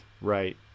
Right